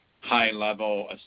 high-level